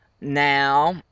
now